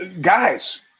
guys